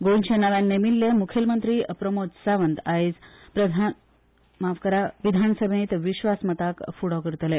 गोयचे नव्यान नेमिल्ले मुखेलमंत्री प्रमोद सावंत आयज विधानसभेत विस्वासमताक फुडो करतले